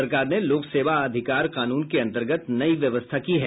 सरकार ने लोक सेवा अधिकार कानून क अंतर्गत नई व्यवस्था की है